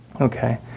Okay